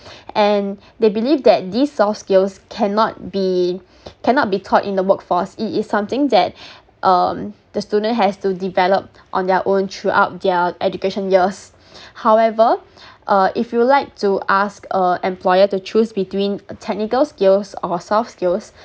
and they believe that this soft skills cannot be cannot be taught in the work force it is something that um the students has to develop on their own throughout their education years however uh if you like to ask a employer to choose between a technical skills or soft skills